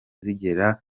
zigera